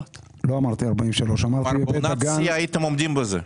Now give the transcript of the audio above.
כלומר, בעונת שיא הייתם עומדים בזה.